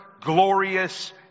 glorious